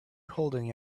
holding